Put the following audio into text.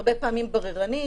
הרבה פעמים בררנית,